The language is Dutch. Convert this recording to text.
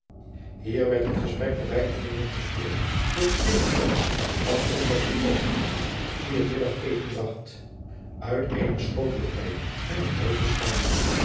hier werd het gesprek der beide vrienden gestoord door het binnenkomen van een der suppoosten die het middageten bracht uit eenen schotel brij en een brood bestaande